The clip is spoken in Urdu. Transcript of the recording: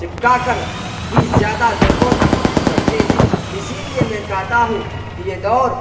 چپکا کر بھی زیادہ لوگوں تک پہنچ سکتے ہیں اسی لیے میں کہتا ہوں کہ یہ دور